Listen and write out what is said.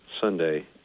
Sunday